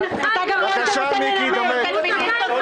על מה זה סעיף 2,